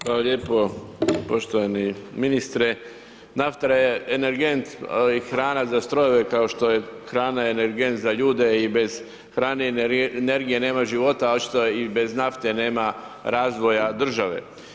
Hvala lijepo poštovani ministre, nafta je energent i hrana za strojeve kao što je hrana energent za ljude i bez hrane i energije nema života, a očito i bez nafte nema razvoja države.